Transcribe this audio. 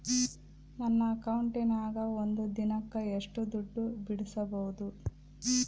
ನನ್ನ ಅಕೌಂಟಿನ್ಯಾಗ ಒಂದು ದಿನಕ್ಕ ಎಷ್ಟು ದುಡ್ಡು ಬಿಡಿಸಬಹುದು?